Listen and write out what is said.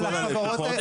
--- על הלקוחות.